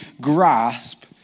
grasp